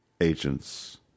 agents